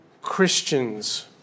Christians